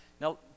Now